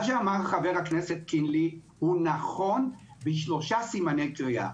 מה שאמר חבר הכנסת קינלי הוא נכון בשלושה סימני קריאה.